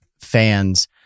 fans